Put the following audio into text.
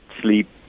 sleep